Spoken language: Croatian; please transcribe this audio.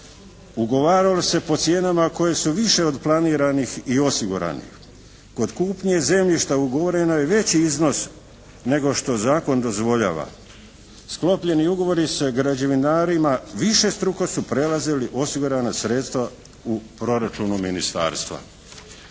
Ugovaralo se po cijenama koje su više od planiranih i osiguranih. Kod kupnje zemljišta ugovoren je veći iznos nego što zakon dozvoljava. Sklopljeni ugovori sa građevinarima višestruko su prelazili osigurana sredstva u proračunu ministarstva.